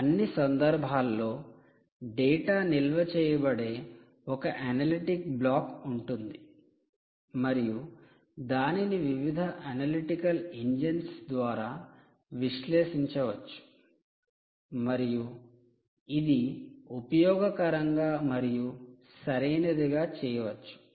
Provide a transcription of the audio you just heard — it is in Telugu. అన్ని సందర్భాల్లో డేటా నిల్వ చేయబడే ఒక అనలిటిక్ బ్లాక్ ఉంటుంది మరియు దానిని వివిధ అనలిటికల్ ఇంజిన్స్ ద్వారా విశ్లేషించవచ్చు మరియు ఇది ఉపయోగకరంగా మరియు సరైనదిగా చేయవచ్చు